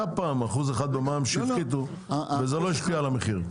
היה פעם 1% במע"מ שהפחיתו וזה לא השפיע על המחיר.